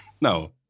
No